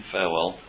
Farewell